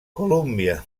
colúmbia